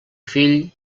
fill